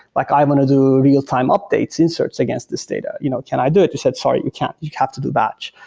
like i'm going to do real-time updates, inserts against this data. you know can i do it? we said, sorry, you can't. you'd have to do batch.